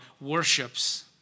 worships